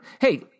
Hey